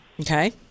Okay